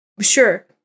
Sure